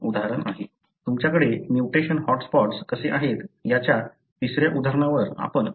तुमच्याकडे mutation hot spots कसे आहेत याच्या तिसऱ्या उदाहरणावर आपण जाणार आहोत